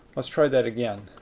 let's try that again.